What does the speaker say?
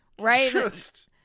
Right